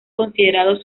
considerados